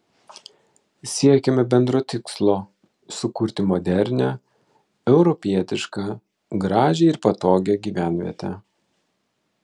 siekėme bendro tikslo sukurti modernią europietišką gražią ir patogią gyvenvietę